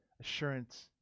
assurance